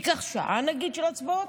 ניקח שעה, נגיד, של הצבעות,